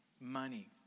money